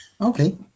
okay